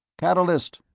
catalyst,